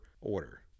order